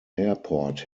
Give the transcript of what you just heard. airport